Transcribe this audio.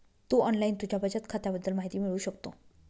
तू online तुझ्या बचत खात्याबद्दल माहिती मिळवू शकतो